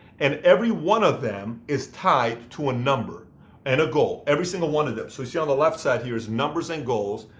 and every one of them is tied to a number and a goal. every single one of them. so you see on the left side here is numbers and goals,